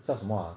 叫什么 ah